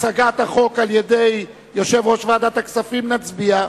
הצגת החוק על-ידי יושב-ראש ועדת הכספים נצביע.